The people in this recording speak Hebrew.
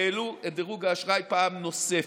העלו את דירוג האשראי פעם נוספת.